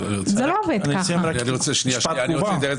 אני אצביע נגד, אתם תצביעו בעד אבל זכותנו לדעת.